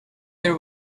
their